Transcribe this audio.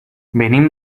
venim